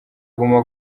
guma